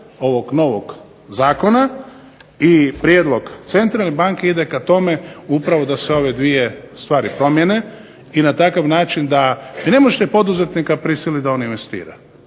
ovog novog zakona i prijedlog Centralne banke ide ka tome upravo da se ove dvije stvari promijene i na takav način da vi ne možete poduzetnika prisilit da on investira.